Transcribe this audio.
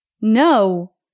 No